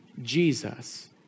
Jesus